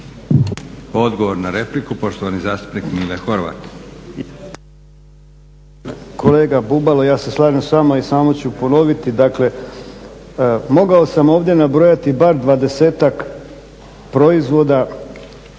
Odgovor na repliku, poštovani zastupnik Mile Horvat.